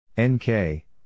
NK